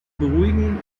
beruhigen